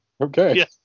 okay